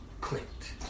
clicked